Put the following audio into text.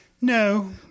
No